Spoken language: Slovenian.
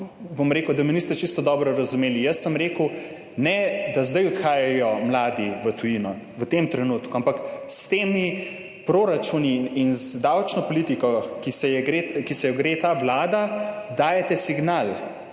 jaz zaznal, da me niste čisto dobro razumeli. Jaz nisem rekel, da zdaj odhajajo mladi v tujino, v tem trenutku, ampak s temi proračuni in z davčno politiko, ki se jo gre Vlada, dajete signal,